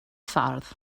ffordd